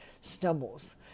stumbles